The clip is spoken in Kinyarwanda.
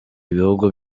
ibihugu